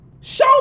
Show